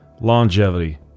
longevity